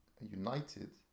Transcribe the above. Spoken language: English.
united